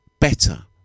better